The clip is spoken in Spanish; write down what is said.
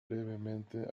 brevemente